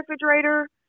refrigerator